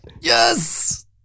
Yes